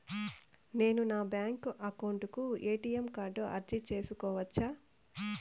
నేను నా bank account కు ఎ.టి.ఎం కార్డు అర్జీ సేసుకోవచ్చా?